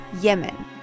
Yemen